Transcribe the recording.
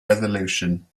resolution